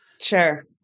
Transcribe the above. sure